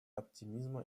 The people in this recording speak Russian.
оптимизма